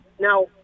Now